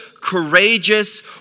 courageous